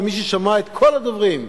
ומי ששמע את כל הדוברים,